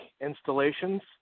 installations